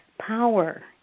Power